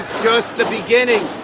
just the beginning